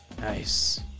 Nice